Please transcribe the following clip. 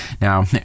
Now